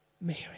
Mary